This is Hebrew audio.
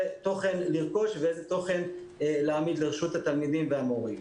תוכן לרכוש ואיזה תוכן להעמיד לרשות התלמידים והמורים.